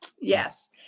Yes